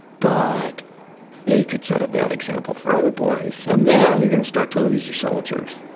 but they could set a bad example for other boys and then you're going to start to lose your soldiers.